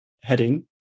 heading